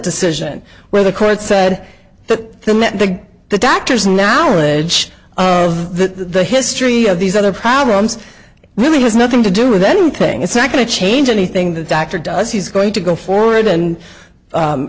decision where the court said that the met the the doctors now ridge the the history of these other problems really has nothing to do with anything it's not going to change anything the doctor does he's going to go for it and